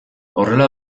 horrela